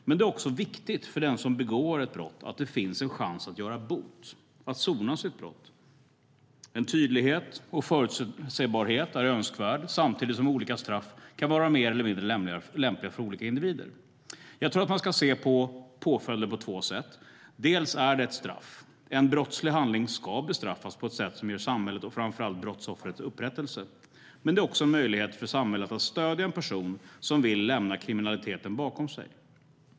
Men det är också viktigt för den som begår ett brott att det finns en chans att göra bot, att sona sitt brott. Tydlighet och förutsebarhet är önskvärd, samtidigt som olika straff kan vara mer eller mindre lämpliga för olika individer. Jag tror att man ska se påföljden på två sätt. Dels är det ett straff. En brottslig handling ska bestraffas på ett sätt som ger samhället och framför allt brottsoffret upprättelse. Men det är också en möjlighet för samhället att stödja en person som vill lämna kriminaliteten bakom sig.